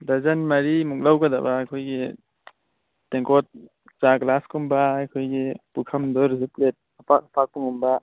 dozen ꯃꯔꯤꯃꯨꯛ ꯂꯧꯒꯗꯕ ꯑꯩꯈꯣꯏꯒꯤ ꯇꯦꯡꯒꯣꯠ ꯆꯥ ꯒꯤꯂꯥꯁ ꯀꯨꯝꯕ ꯑꯩꯈꯣꯏꯒꯤ ꯄꯨꯈꯝꯗ ꯑꯣꯏꯔꯁꯨ ꯄ꯭ꯂꯦꯠ ꯑꯄꯥꯛ ꯑꯄꯥꯛꯄꯒꯨꯝꯕ